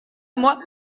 moi